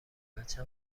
بچه